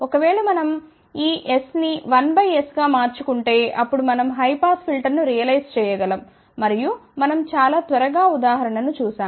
ఒకవేళ మనం ఈ S ని 1 బై s గా మార్చు కుంటే అప్పుడు మనం హై పాస్ ఫిల్టర్ ను రియలైజ్ చేయగలం మరియు మనం చాలా త్వరగా ఉదాహరణ ను చూశాము